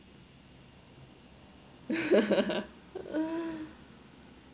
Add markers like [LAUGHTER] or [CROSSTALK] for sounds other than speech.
[LAUGHS]